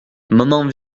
maman